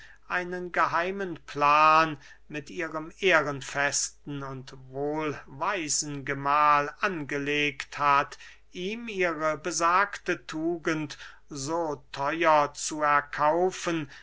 einen geheimen plan mit ihrem ehrenvesten und wohlweisen gemahl angelegt hat ihm ihre besagte tugend so theuer zu verkaufen